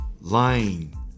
lying